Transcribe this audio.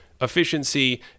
Efficiency